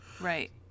right